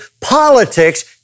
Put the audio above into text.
politics